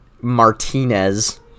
Martinez